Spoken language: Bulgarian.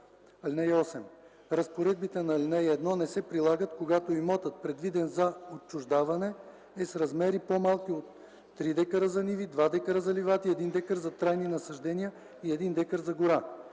ал. 6. (8) Разпоредбите на ал. 1 не се прилагат, когато имотът, предвиден за отчуждаване, е с размери по-малки от 3 дка за ниви, 2 дка за ливади, 1 дка за трайни насаждения и 1 дка за гора.